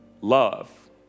love